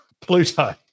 Pluto